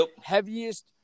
heaviest